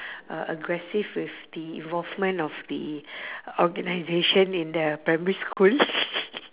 uh aggressive with the involvement of the organisation in the primary school